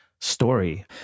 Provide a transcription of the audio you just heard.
story